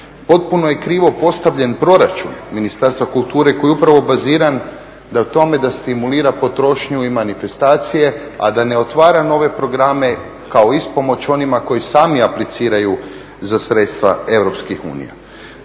potpuno je krivo postavljen proračun Ministarstva kulture koji je upravo baziran na tome da stimulira potrošnju i manifestacije, a da ne otvara nove programe kao ispomoć onima koji sami apliciraju za sredstva EU.